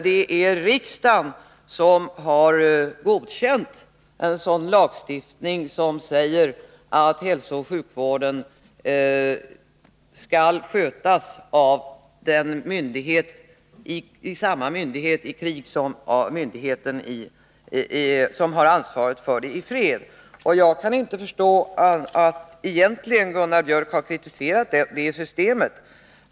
Det är riksdagen som har godkänt en lagstiftning som säger att hälsooch sjukvården skall skötas av samma myndighet i krig som i fred. Jag kan inte förstå annat än att Gunnar Biörck egentligen har kritiserat det systemet.